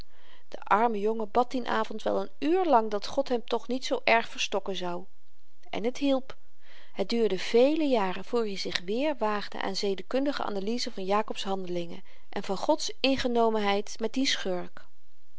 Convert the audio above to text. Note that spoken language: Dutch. de arme jongen bad dien avond wel n uur lang dat god hem toch niet zoo erg verstokken zou en t hielp het duurde vele jaren voor i zich weer waagde aan zedekundige analyse van jakobs handelingen en van gods ingenomenheid met dien schurk